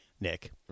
Nick